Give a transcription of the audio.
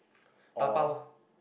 or